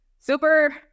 super